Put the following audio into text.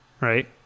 right